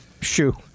shoe